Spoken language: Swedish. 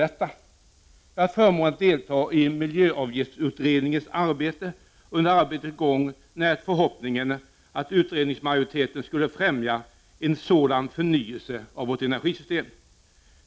Jag har haft förmånen att delta i miljöavgiftsutredningens arbete och under arbetets gång närt förhoppningen att utredningsmajoritetens förslag skulle främja en sådan förnyelse av vårt energisystem.